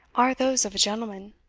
are those of a gentleman.